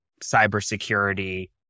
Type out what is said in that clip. cybersecurity